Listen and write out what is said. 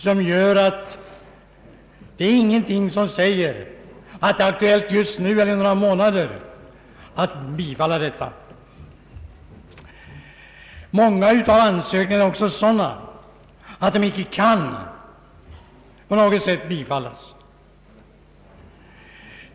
Det finns därför ingenting som säger att det just nu — eller om några månader — är aktuellt med en ökning av detta anslag. Många av ansökningarna är också av den karaktären att de icke alls kan bifallas.